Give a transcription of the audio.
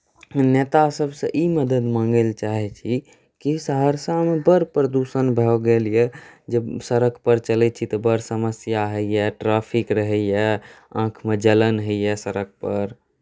नेता सभसँ ई मदद माङ्गय लेल चाहैत छी जे सहरसामे बड़ प्रदूषण भऽ गेल यए जे सड़क पर चलैत छी तऽ बड़ समस्या होइए ट्रेफिक रहैए आँखिमे जलन होइए सड़कपर